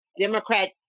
Democrat